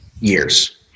years